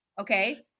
okay